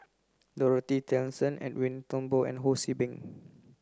Dorothy Tessensohn Edwin Thumboo and Ho See Beng